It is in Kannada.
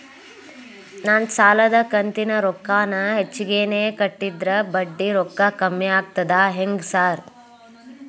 ನಾನ್ ಸಾಲದ ಕಂತಿನ ರೊಕ್ಕಾನ ಹೆಚ್ಚಿಗೆನೇ ಕಟ್ಟಿದ್ರ ಬಡ್ಡಿ ರೊಕ್ಕಾ ಕಮ್ಮಿ ಆಗ್ತದಾ ಹೆಂಗ್ ಸಾರ್?